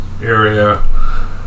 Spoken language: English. area